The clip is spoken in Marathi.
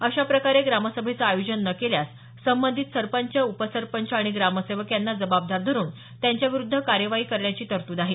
अशाप्रकारे ग्रामसभेचे आयोजन न केल्यास संबंधित सरपंच उपसरपंच आणि ग्रामसेवक यांना जबाबदार धरून त्यांच्याविरुद्ध कार्यवाही करण्याची तरतूद आहे